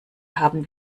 haben